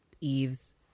eve's